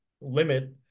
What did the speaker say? limit